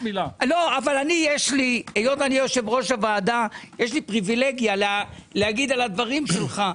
היות שאני יושב-ראש הוועדה יש לי פריבילגיה להגיב על דבריך.